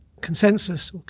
consensus